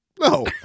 No